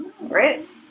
right